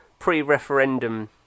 pre-referendum